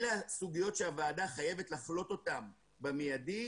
אלה הסוגיות שהוועדה חייבת לעסוק בהן במידי,